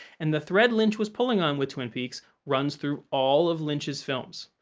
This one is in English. and the thread lynch was pulling on with twin peaks runs through all of lynch's films.